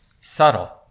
subtle